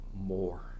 more